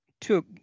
took